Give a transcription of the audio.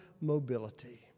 mobility